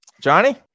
Johnny